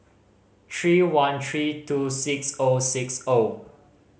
three one three two six O six O